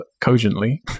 cogently